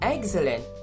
Excellent